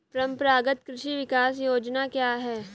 परंपरागत कृषि विकास योजना क्या है?